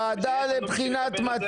אני לא מבין איך יכול להיות שאנחנו,